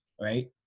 right